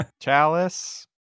Chalice